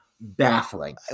baffling